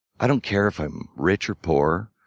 i don't care if i'm rich or poor.